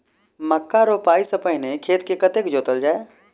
मक्का रोपाइ सँ पहिने खेत केँ कतेक जोतल जाए?